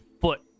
foot